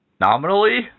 Nominally